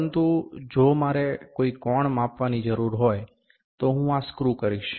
પરંતુ જો મારે કોઈ કોણ માપવાની જરૂર છે તો હું આ સ્ક્રૂ કરીશ